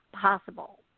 possible